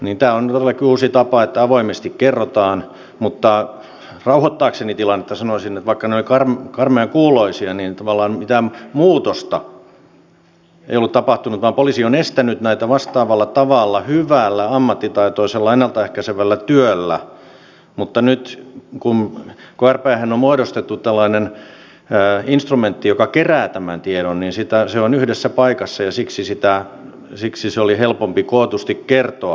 tämä on todellakin uusi tapa että avoimesti kerrotaan mutta rauhoittaakseni tilannetta sanoisin että vaikka ne ovat karmean kuuloisia niin tavallaan mitään muutosta ei ollut tapahtunut vaan poliisi on estänyt näitä vastaavalla tavalla hyvällä ammattitaitoisella ennalta ehkäisevällä työllä mutta nyt kun krphen on muodostettu tällainen instrumentti joka kerää tämän tiedon niin se on yhdessä paikassa ja siksi se oli helpompi kootusti kertoa